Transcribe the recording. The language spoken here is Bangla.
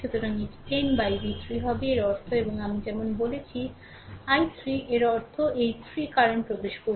সুতরাং এটি 10 বাই v3 হবে এর অর্থ এবং আমি যেমন বলেছি i3 এর অর্থ এই 3 কারেন্ট প্রবেশ করছে